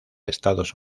estados